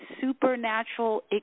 supernatural